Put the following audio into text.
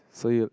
so you